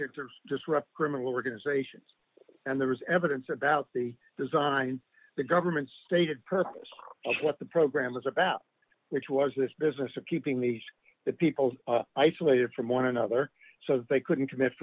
to disrupt criminal organizations and there was evidence about the design the government stated purpose of what the program was about which was this business of keeping these people isolated from one another so they couldn't commit